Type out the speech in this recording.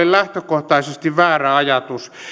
lähtökohtaisesti väärä ajatus